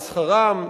על שכרם,